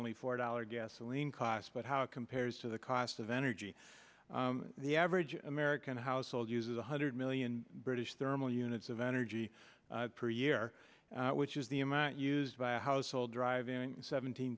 only for dollar gasoline cost but how it compares to the cost of energy the average american household uses one hundred million british thermal units of energy per year which is the amount used by a household driving seventeen